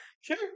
Sure